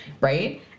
right